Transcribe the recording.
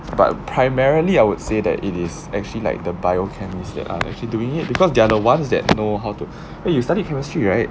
but primarily I would say that it is actually like the biochemist that are actually doing it because they are the ones that know how to wait you studied chemistry right